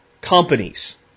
companies